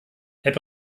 herr